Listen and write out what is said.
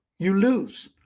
you lose.